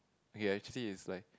okay actually it's like